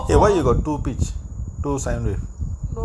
eh why you got two pitch two separate